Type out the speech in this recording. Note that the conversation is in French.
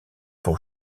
pour